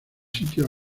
sitios